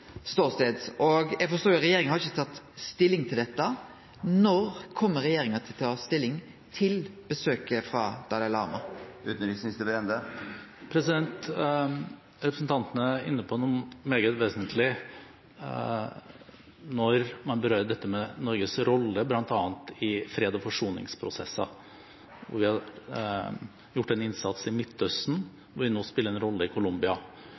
forstår at regjeringa ikkje har tatt stilling til dette. Når kjem regjeringa til å ta stilling til besøket frå Dalai Lama? Representanten er inne på noe meget vesentlig når han berører dette med Norges rolle, bl.a. i freds- og forsoningsprosesser. Vi har gjort en innsats i Midtøsten, og vi spiller nå en rolle i Colombia.